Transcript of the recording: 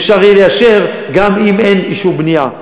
שאפשר יהיה לאשר גם אם אין אישור בנייה.